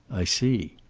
i see.